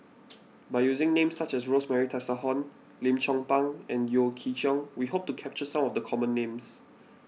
by using names such as Rosemary Tessensohn Lim Chong Pang and Yeo Chee Kiong we hope to capture some of the common names